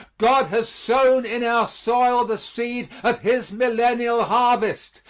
god has sown in our soil the seed of his millennial harvest,